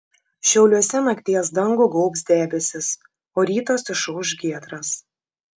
šiauliuose nakties dangų gaubs debesys o rytas išauš giedras